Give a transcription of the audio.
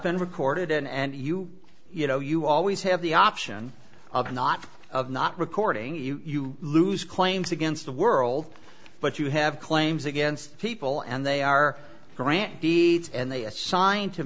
been recorded and you you know you always have the option of not of not recording you lose claims against the world but you have claims against people and they are grant deeds and they assign